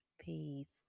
peace